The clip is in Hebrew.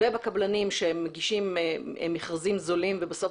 ובקבלנים שמגישים מכרזים זולים ובסוף